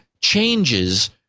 changes